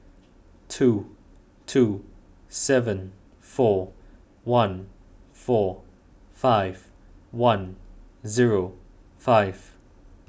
two two seven four one four five one zero five